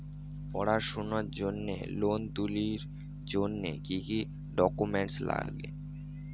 পড়াশুনার জন্যে লোন তুলির জন্যে কি কি ডকুমেন্টস নাগে?